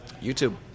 YouTube